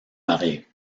marier